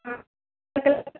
ஆ